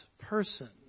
person